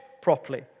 properly